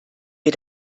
wir